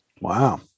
Wow